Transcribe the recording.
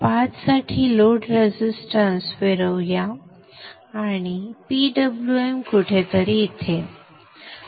पाथसाठी load resistance फिरवू या आणि PWM कुठेतरी इथे आणि इथे